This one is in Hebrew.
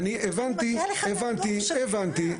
אני הבנתי, הבנתי.